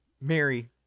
Mary